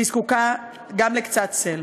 והיא זקוקה גם לקצת צל.